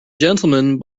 gentleman